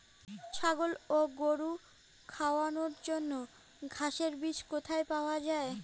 ছাগল ও গরু খাওয়ানোর জন্য ঘাসের বীজ কোথায় পাওয়া যায়?